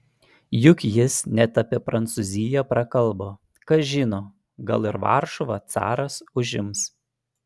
juk jis net apie prancūziją prakalbo kas žino gal ir varšuvą caras užims